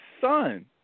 son